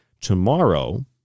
tomorrow